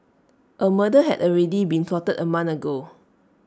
A murder had already been plotted A month ago